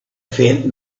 faint